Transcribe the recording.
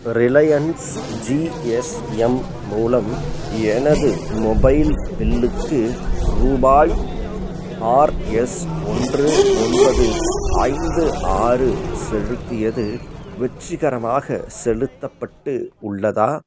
Reliance GSM மூலம் எனது mobile பில்லுக்கு ரூபாய் ஆர்எஸ் ஒன்று ஒன்பது ஐந்து ஆறு செலுத்தியது வெற்றிகரமாக செலுத்தப்பட்டு உள்ளதா